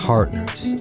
Partners